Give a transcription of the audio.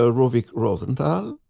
ah ruvik rosenthal,